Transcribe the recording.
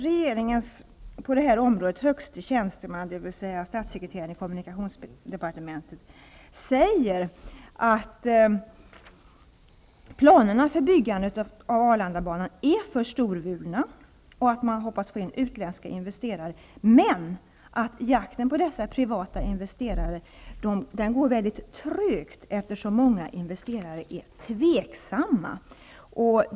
Regeringens på det här området högste tjänsteman, statssekreteraren i kommunikationsdepartementet, säger att planerna för byggandet av Arlandabanan är för storvulna och att man hoppas få in utländska investerare. Jakten på dessa privata investerare går mycket trögt, eftersom många av dem är tveksamma.